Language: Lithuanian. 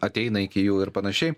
ateina iki jų ir panašiai